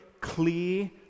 clear